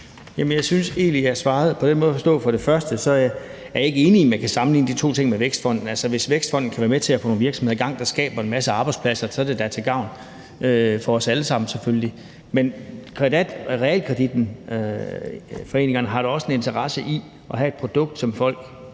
jeg synes egentlig, at jeg svarede på det, sådan at forstå, at jeg ikke er enig i, at man kan sammenligne de to ting. Altså, hvis Vækstfonden kan være med til at få nogle virksomheder i gang, der skaber en masse arbejdspladser, så er det da selvfølgelig til gavn for os alle sammen, men realkreditforeningerne har da også en interesse i at have et produkt, som er